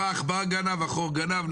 לא העכבר גנב, החור גנב.